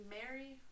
Mary